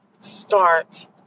start